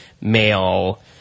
male